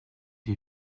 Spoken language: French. les